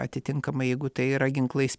atitinkamai jeigu tai yra ginklais